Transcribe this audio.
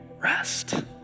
rest